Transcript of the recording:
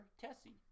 Tessie